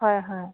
হয় হয়